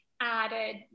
added